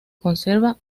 conserva